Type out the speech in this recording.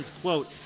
quote